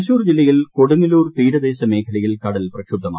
തൃശൂർ ജില്ലയിൽ പ്പ്കാടുങ്ങല്ലൂർ തീരദേശമേഖലയിൽ കടൽ പ്രക്ഷുബ്ദമാണ്